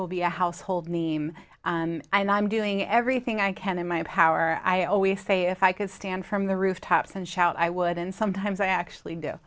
will be a household name and i'm doing everything i can in my power i always say if i could stand from the rooftops and shout i would and sometimes i actually do